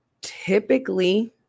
typically